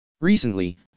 Recently